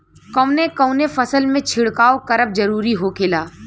कवने कवने फसल में छिड़काव करब जरूरी होखेला?